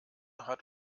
hat